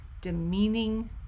demeaning